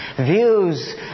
views